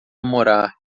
morar